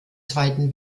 zweiten